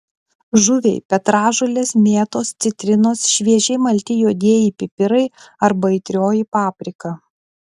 žuviai petražolės mėtos citrinos šviežiai malti juodieji pipirai arba aitrioji paprika